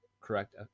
correct